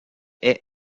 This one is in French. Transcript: est